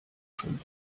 schon